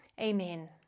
Amen